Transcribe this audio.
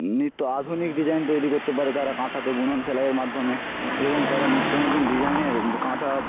নিত্য আধুনিক ডিজাইন তৈরি করতে পারে তারা কাঁথাতে বুনন সেলাইয়ের মাধ্যমে এবং তারা নিত্য নতুন ডিজাইনের কাঁথা